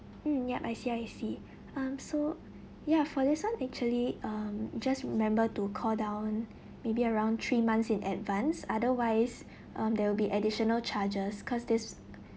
mm yup I see I see um so ya for this one actually um just remember to call down maybe around three months in advance otherwise um there will be additional charges cause this